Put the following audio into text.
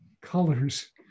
colors